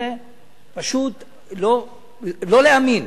זה פשוט לא להאמין